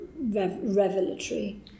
revelatory